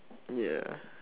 ya